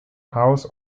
house